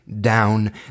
down